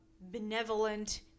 benevolent